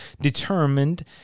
determined